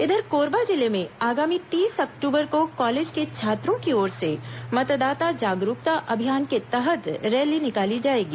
इधर कोरबा जिले में आगामी तीस अक्टूबर को कॉलेज के छात्रों की ओर से मतदाता जागरूकता अभियान के तहत रैली निकाली जाएगी